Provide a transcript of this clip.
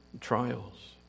trials